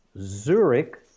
Zurich